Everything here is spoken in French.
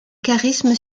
charisme